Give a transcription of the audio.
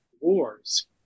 wars